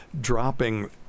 Dropping